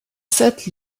sept